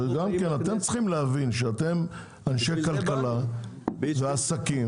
אתם צריכים להבין שאתם אנשי כלכלה ועסקים.